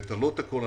את הלא הכול,